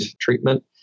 treatment